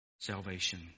salvation